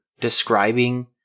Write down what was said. describing